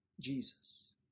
Jesus